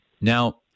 Now